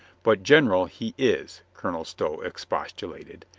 but general he is, colonel stow expostulated.